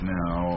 now